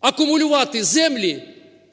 акумулювати землі